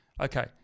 okay